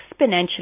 exponentially